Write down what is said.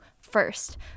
first